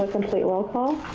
complete roll call.